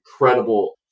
incredible